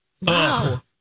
No